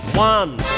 One